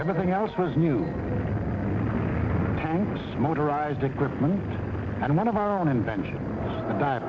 everything else was new tanks motorized equipment and one of our own invention